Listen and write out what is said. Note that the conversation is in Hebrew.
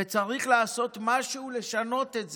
וצריך לעשות משהו לשנות את זה.